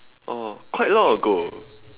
oh quite long ago